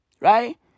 right